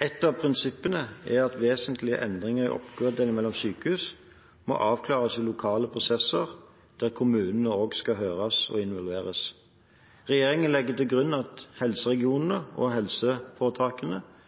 Et av prinsippene er at vesentlige endringer i oppgavedeling mellom sykehus må avklares i lokale prosesser der kommunene også skal høres og involveres. Regjeringen legger til grunn at